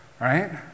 Right